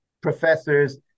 professors